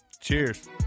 Cheers